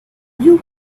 you